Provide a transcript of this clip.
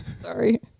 sorry